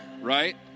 right